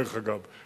דרך אגב,